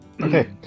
Okay